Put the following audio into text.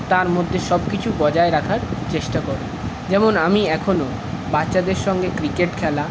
তার মধ্যে সবকিছু বজায় রাখার চেষ্টা করি যেমন আমি এখনও বাচ্চাদের সঙ্গে ক্রিকেট খেলা